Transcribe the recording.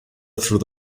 through